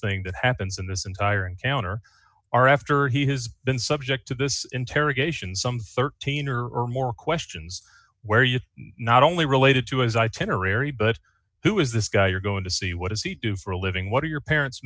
thing that happens in this entire encounter are after he has been subject to this interrogation some thirteen or or more questions where you not only related to his i ten or ery but who is this guy you're going to see what does he do for a living what are your parents